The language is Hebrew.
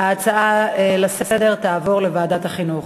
ההצעה להעביר את הנושא לוועדת החינוך,